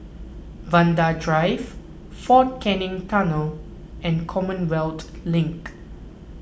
Vanda Drive fort Canning Tunnel and Commonwealth Link